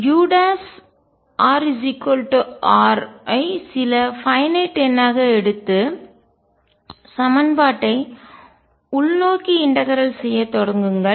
urR ஐ சில finite வரையறுக்கப்பட்ட எண்ணாக எடுத்து சமன்பாட்டை உள்நோக்கி இன்டகரல்ஒருங்கிணைக்க செய்ய தொடங்குங்கள்